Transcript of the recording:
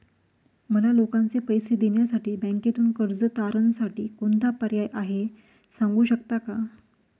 मला लोकांचे पैसे देण्यासाठी बँकेतून कर्ज तारणसाठी कोणता पर्याय आहे? सांगू शकता का?